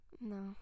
No